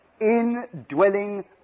indwelling